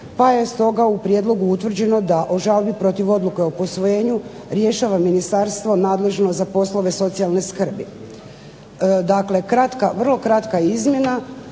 pa je stoga u prijedlogu utvrđeno da o žalbi protiv odluke o posvojenju rješava ministarstvo nadležno za poslove socijalne skrbi. Dakle, kratka, vrlo kratka izmjena